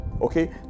Okay